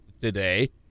today